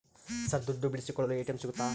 Sir ದುಡ್ಡು ಬಿಡಿಸಿಕೊಳ್ಳಲು ATM ಸಿಗುತ್ತಾ?